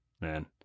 man